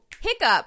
Hiccup